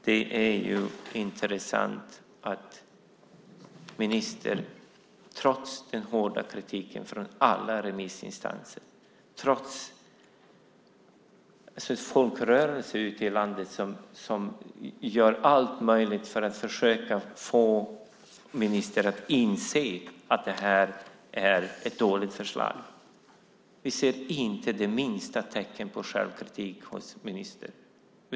Det är intressant att trots den hårda kritiken från alla remissinstanser, trots att folkrörelser ute i landet gör allt för att försöka få ministern att inse att det är ett dåligt förslag, vi inte ser minsta tecken på självkritik hos ministern.